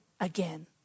again